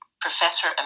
Professor